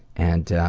and